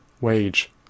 wage